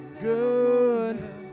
good